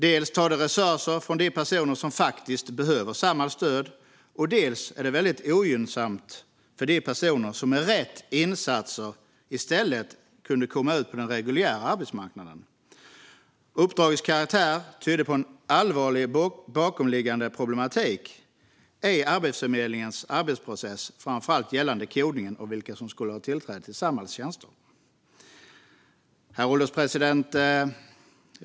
Dels tar det resurser från de personer som faktiskt behöver Samhalls stöd, dels är det väldigt ogynnsamt för de personer som med rätt insatser i stället skulle kunna komma ut på den reguljära arbetsmarknaden. Uppdragens karaktär tydde på en allvarlig bakomliggande problematik i Arbetsförmedlingens arbetsprocess, framför allt gällande kodningen av vilka som skulle ha tillträde till Samhalls tjänster. Herr ålderspresident!